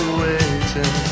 waiting